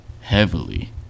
heavily